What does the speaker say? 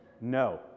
No